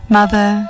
mother